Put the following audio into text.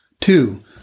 Two